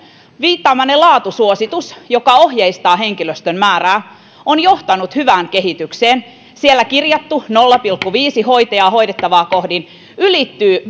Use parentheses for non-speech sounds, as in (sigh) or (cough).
viittaamanne laatusuositus joka ohjeistaa henkilöstön määrää on johtanut hyvään kehitykseen siellä kirjattu nolla pilkku viisi hoitajaa hoidettavaa kohden ylittyy (unintelligible)